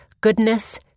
goodness